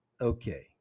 Okay